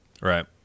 Right